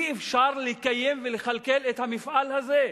אי-אפשר לקיים ולכלכל את המפעל הזה.